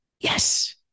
Yes